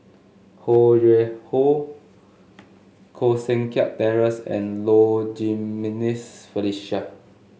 Ho Yuen Hoe Koh Seng Kiat Terence and Low Jimenez Felicia